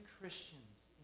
Christians